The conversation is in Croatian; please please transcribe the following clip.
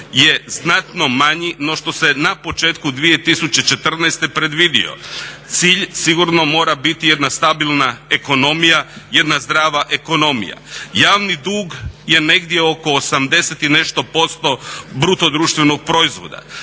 je znatno manji no što se na početku 2014. predvidio. Cilj sigurno mora biti jedna stabilna ekonomija, jedna zdrava ekonomija. Javni dug je negdje oko 80 i nešto posto BDP-a. Svako dijete